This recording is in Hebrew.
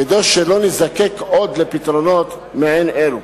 כדי שלא נזדקק עוד לפתרונות מעין אלו.